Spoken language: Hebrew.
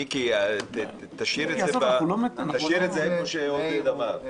מיקי, תשאיר את זה איך שעודד אמר.